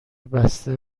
بسته